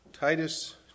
Titus